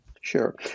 Sure